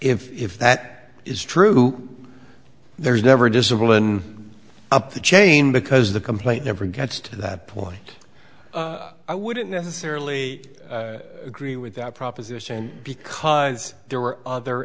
if that is true there's never discipline up the chain because the complaint never gets to that point i wouldn't necessarily agree with that proposition because there were other